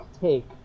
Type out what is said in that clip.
take